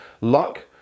luck